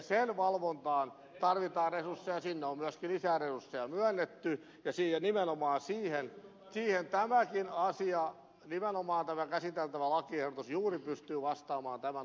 sen valvontaan tarvitaan öisin on myös hyvinkään edustaja on väännetty esiin nimenomaan siihen kieltää vakinaisia viranomatalon resursseja ja juuri pysty vastaamaan tämän